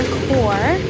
core